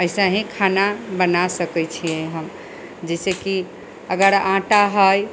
ऐसे ही खाना बना सकैत छियै हम जैसेकि अगर आटा हइ